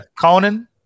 Conan